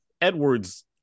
Edwards